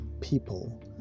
people